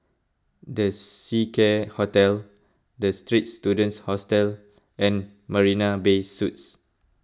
the Seacare Hotel the Straits Students Hostel and Marina Bay Suites